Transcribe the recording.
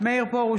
מאיר פרוש,